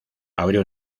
abrió